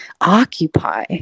occupy